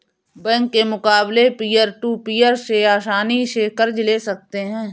bank के मुकाबले peer to peer से आसनी से कर्ज ले सकते है